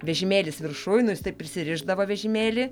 vežimėlis viršuj nu jis taip prisirišdavo vežimėlį